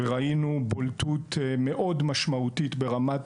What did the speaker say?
וראינו בולטות מאוד משמעותית ברמת